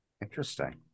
Interesting